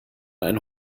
ein